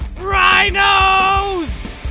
Rhinos